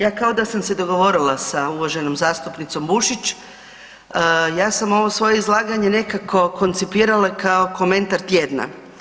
Ja kao da sam se dogovorila sa uvaženom zastupnicom Bušim, ja sam ovo svoje izlaganje nekako koncipirala kao komentar tjedna.